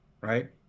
right